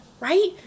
Right